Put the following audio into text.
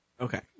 Okay